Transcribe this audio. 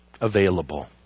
available